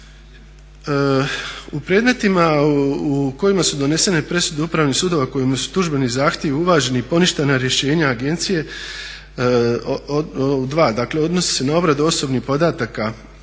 U predmetima u kojima su donesene presude upravnih sudova kojima su tužbeni zahtjevi uvaženi i poništena rješenja agencije, dva dakle, odnosi se na obradu osobnih podataka